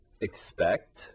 expect